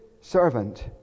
servant